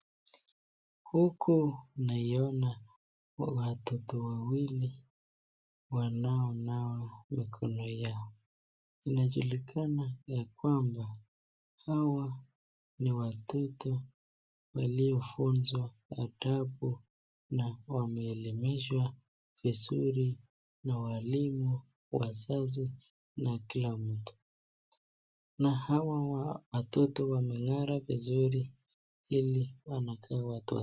Huku naiona watoto wawili wanaonawa mikono yao. Inajulikana ya kwamba hawa ni watoto waliofunzwa adabu na wameelimishwa vizuri na walimu ,wazazi na kila mtu. Na hawa watoto wameng'ara vizuri ili wanakaa watu.